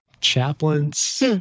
chaplains